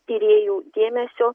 tyrėjų dėmesio